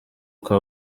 kuko